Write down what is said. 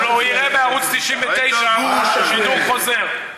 הלוא הוא יראה בערוץ 99 שידור חוזר.